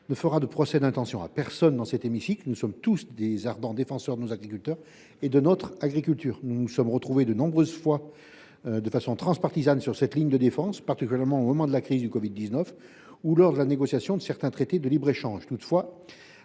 ne fera de procès d’intention à quiconque dans cet hémicycle ! Nous sommes tous d’ardents défenseurs de nos agriculteurs et de notre agriculture. Il est d’ailleurs arrivé de nombreuses fois que nous nous retrouvions, de façon transpartisane, sur cette ligne de défense, particulièrement au moment de la crise du covid 19 ou lors de la négociation de certains traités de libre échange. Toutefois,